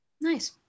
Nice